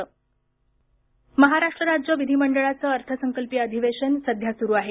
महाराष्ट्र महाराष्ट्र राज्य विधीमंडळाचं अर्थसंकल्पीय अधिवेशन सध्या सुरू आहे